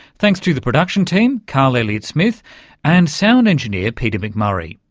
thanks to the production team carl elliott smith and sound engineer peter mcmurray.